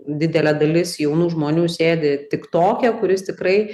didelė dalis jaunų žmonių sėdi tik toke kuris tikrai